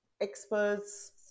experts